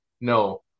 no